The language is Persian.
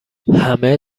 همه